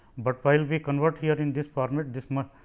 but while we convert here in this format this much,